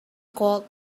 called